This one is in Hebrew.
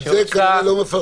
את זה כנראה לא מפרסמים.